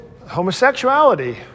homosexuality